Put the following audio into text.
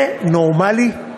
זה נורמלי?